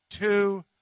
two